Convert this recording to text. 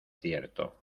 cierto